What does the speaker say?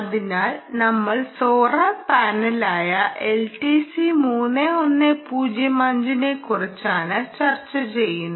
അതിനാൽ നമ്മൾ സോളാർ പാനലായ LTC 3105 നെക്കുറിച്ചാണ് ചർച്ച ചെയ്യുന്നത്